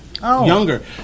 younger